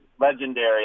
legendary